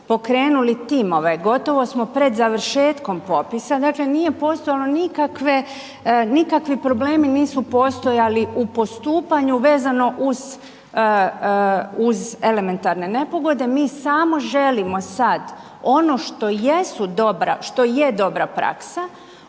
pokrenuli timove, gotovo smo pred završetkom popisa, dakle nije postojalo nikakve, nikakvi problemi nisu postojali u postupanju vezano uz, uz elementarne nepogode, mi samo želimo sad ono što jesu dobra,